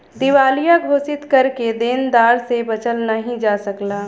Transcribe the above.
दिवालिया घोषित करके देनदार से बचल नाहीं जा सकला